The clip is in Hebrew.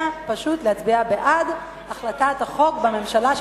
זה פשוט להצביע בעד הצעת החוק של הממשלה,